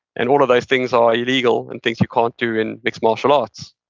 and all of those things are illegal and things you can't do in mixed martial arts.